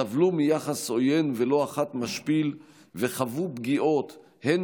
סבלו מיחס עוין ולא אחת משפיל וחוו פגיעות הן